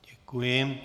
Děkuji.